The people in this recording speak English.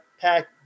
Pack